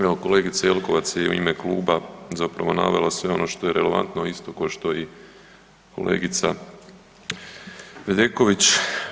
Evo kolegica Jelkovac je u ime kluba zapravo navela sve ono što je relevantno, isto ko što i kolegica Bedeković.